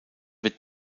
wird